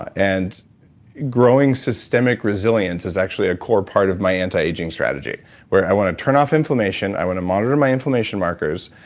and growing systemic resilience is actually a core part of my antiaging strategy where i want to turn off inflammation, i want to monitor my inflammation markers,